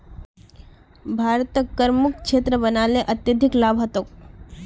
भारतक करमुक्त क्षेत्र बना ल अत्यधिक लाभ ह तोक